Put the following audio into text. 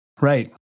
Right